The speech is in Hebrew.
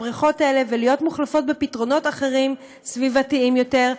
ולהיות מוחלפות בפתרונות אחרים, סביבתיים יותר.